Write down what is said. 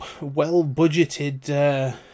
well-budgeted